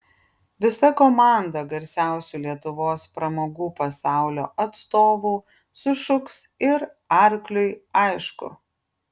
visa komanda garsiausių lietuvos pramogų pasaulio atstovų sušuks ir arkliui aišku